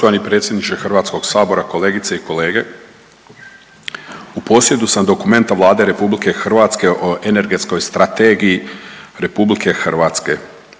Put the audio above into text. hvala vam